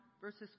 verses